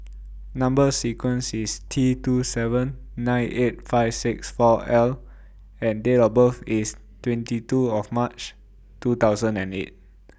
Number sequence IS T two seven nine eight five six four L and Date of birth IS twenty two of March two thousand and eight